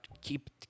keep